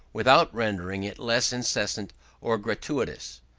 without rendering it less incessant or gratuitous.